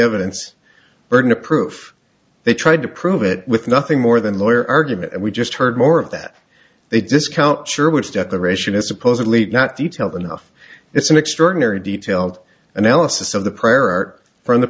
evidence burden of proof they tried to prove it with nothing more than lawyer argument we just heard more of that they discount sure which declaration is supposedly not detailed enough it's an extraordinary detailed analysis of the prayer art from the